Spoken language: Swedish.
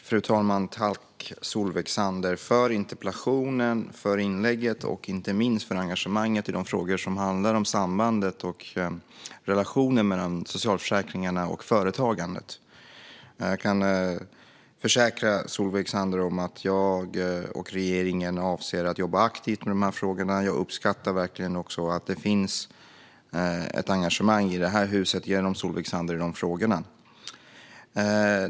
Fru talman! Jag tackar Solveig Zander för interpellationen, för inlägget och inte minst för engagemanget i de frågor som handlar om sambandet och relationen mellan socialförsäkringarna och företagandet. Jag kan försäkra Solveig Zander om att jag och regeringen avser att jobba aktivt med de här frågorna. Jag uppskattar verkligen att det finns ett engagemang för de frågorna i det här huset genom Solveig Zander.